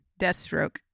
Deathstroke